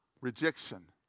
rejection